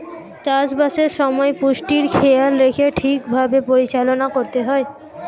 চাষ বাসের সময় পুষ্টির খেয়াল রেখে ঠিক ভাবে পরিচালনা করতে হয়